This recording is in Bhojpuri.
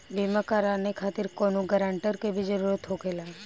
बीमा कराने खातिर कौनो ग्रानटर के भी जरूरत होखे ला?